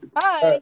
hi